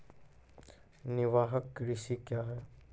निवाहक कृषि क्या हैं?